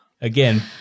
Again